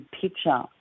picture